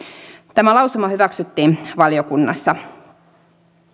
tämä lausuma hyväksyttiin valiokunnassa